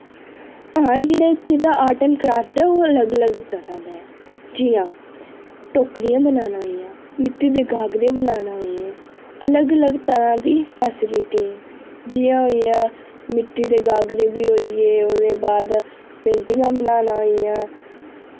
आं जेह्ड़ा इत्थें दा आर्ट एंड क्रॉफ्ट ऐ ओह् अलग अलग तरह दा ऐ जि'यां टोकरियां बनाना होइयां मिट्टी दियां गागरां बनाना आइयां अलग अलग तरह दी फैस्लिटी जि'यां होइया मिट्टी दे गागरै बी होइये ओह्दे बाद पेंटिंगां बनाना आइयां